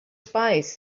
spies